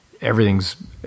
everything's